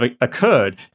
occurred